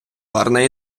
гарна